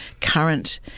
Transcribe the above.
current